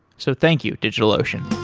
so thank you, digitalocean